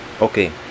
Okay